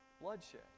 bloodshed